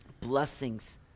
Blessings